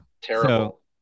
terrible